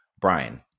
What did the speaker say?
Brian